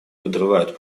подрывают